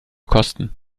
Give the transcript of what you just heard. kosten